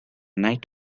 night